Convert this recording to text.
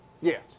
Yes